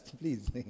Please